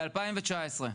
ב-2019.